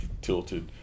tilted